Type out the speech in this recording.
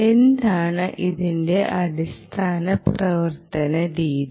എന്താണ് ഇതിന്റെ അടിസ്ഥാന പ്രവർത്തന രീതി